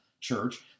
church